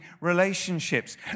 relationships